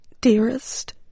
dearest